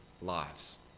lives